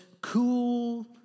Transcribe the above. cool